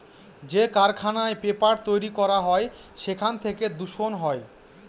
যে কারখানায় পেপার তৈরী করা হয় সেখান থেকে দূষণ হয়